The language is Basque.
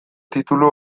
titulu